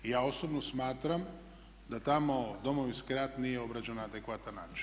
I ja osobno smatram da tamo Domovinski rat nije obrađen na adekvatan način.